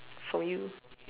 from you